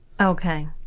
Okay